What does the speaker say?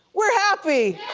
we're happy.